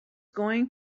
going